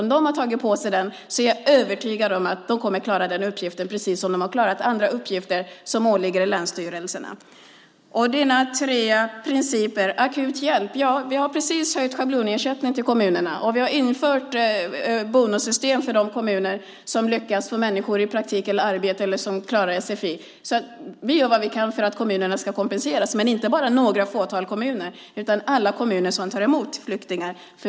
Om de har tagit på sig uppgiften är jag övertygad om att de kommer att klara av den, precis som de har klarat andra uppgifter som åligger länsstyrelserna. När det gäller dina tre principer har vi precis höjt schablonersättningen till kommunerna. Vi har även infört ett bonussystem för de kommuner som lyckas få människor i praktik eller arbete eller att klara sfi. Vi gör vad vi kan för att kommunerna ska kompenseras, dock inte bara ett fåtal kommuner, utan alla kommuner som tar emot flyktingar.